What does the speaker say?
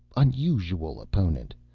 unusual opponent.